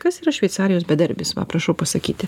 kas yra šveicarijos bedarbis va prašau pasakyti